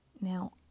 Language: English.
Now